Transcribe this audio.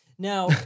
Now